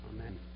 Amen